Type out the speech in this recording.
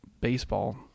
baseball